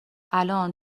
الان